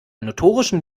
notorischen